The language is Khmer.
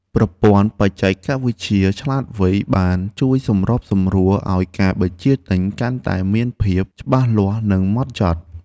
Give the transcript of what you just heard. ប្រព័ន្ធបច្ចេកវិទ្យាឆ្លាតវៃបានជួយសម្របសម្រួលឱ្យការបញ្ជាទិញកាន់តែមានភាពច្បាស់លាស់និងហ្មត់ចត់។